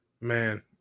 man